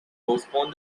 postpone